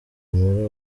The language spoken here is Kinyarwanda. muri